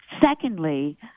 Secondly